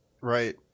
Right